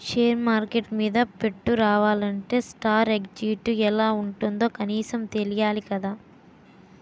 share market మీద పట్టు రావాలంటే స్టాక్ ఎక్సేంజ్ ఎలా ఉంటుందో కనీసం తెలియాలి కదా